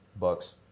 Bucks